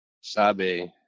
Sabe